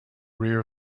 rear